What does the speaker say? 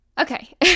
Okay